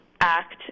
act